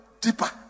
deeper